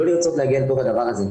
לא לרצות להגיע לתוך הדבר הזה.